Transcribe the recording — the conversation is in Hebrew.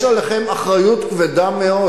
יש עליכם אחריות כבדה מאוד.